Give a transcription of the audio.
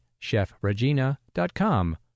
chefregina.com